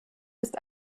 ist